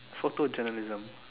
so two general rhythm